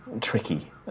Tricky